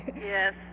Yes